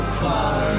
far